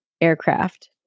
aircraft